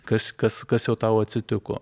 kas kas kas jau tau atsitiko